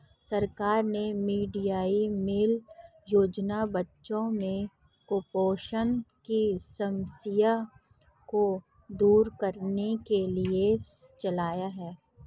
सरकार ने mid day meal योजना बच्चों में कुपोषण की समस्या को दूर करने के लिए चलाया है